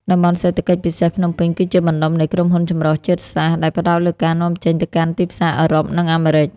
តំបន់សេដ្ឋកិច្ចពិសេសភ្នំពេញ គឺជាបណ្ដុំនៃក្រុមហ៊ុនចម្រុះជាតិសាសន៍ដែលផ្ដោតលើការនាំចេញទៅកាន់ទីផ្សារអឺរ៉ុប និងអាមេរិក។